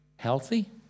Healthy